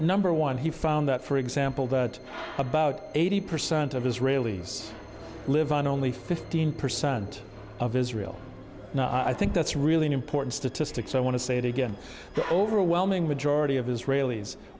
number one he found that for example that about eighty percent of israelis live on only fifteen percent of israel i think that's really an important statistic so i want to say it again the overwhelming majority of israelis